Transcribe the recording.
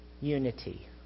unity